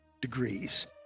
degrees